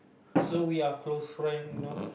so we are close friends no